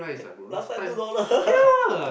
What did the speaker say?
last time two dollar